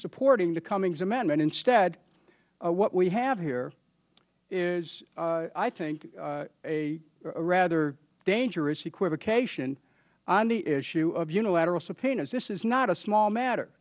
supporting the cummings amendment instead what we have here is i think a rather dangerous equivocation on the issue of unilateral subpoenas this is not a small matter